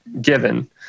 given